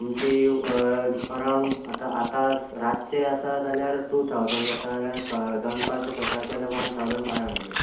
आमची अरावण्ड आतां आतां रातचें आसा जाल्यार टू थावझण जाता जाल्या स दनपारचें सकाळचें आल्या वन थावझण फाय हंड्रेड